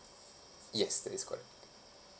yes that is correct